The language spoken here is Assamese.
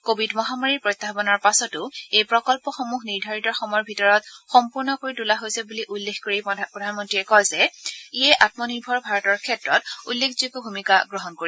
কভিড মহামাৰীৰ প্ৰত্যাহানৰ পাচতো এই প্ৰকল্পসমূহ নিৰ্ধাৰিত সময়ৰ ভিতৰতে সম্পূৰ্ণ কৰি তোলা হৈছে বুলি উল্লেখ কৰি প্ৰধানমন্ত্ৰীয়ে কয় যে ইয়ে আমনিৰ্ভৰ ভাৰতৰ ক্ষেত্ৰত উল্লেখযোগ্য ভূমিকা গ্ৰহণ কৰিব